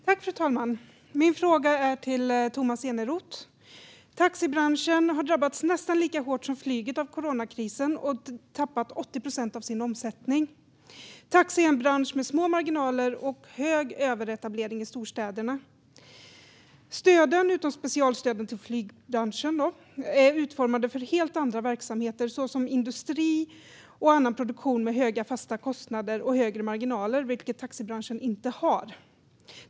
Fru talman! Min fråga går till Tomas Eneroth. Taxibranschen har drabbats nästan lika hårt som flyget av coronakrisen och har tappat 80 procent av sin omsättning. Taxi är en bransch med små marginaler och hög överetablering i storstäderna. Stöden - utom specialstöden till flygbranschen - är utformade för helt andra verksamheter såsom industri och annan produktion med höga fasta kostnader och högre marginaler, vilket taxibranschen inte har.